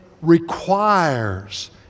requires